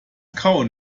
kauen